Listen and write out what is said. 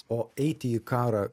o eiti į karą